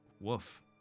Woof